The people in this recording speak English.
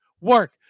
work